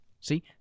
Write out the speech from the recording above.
see